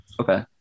okay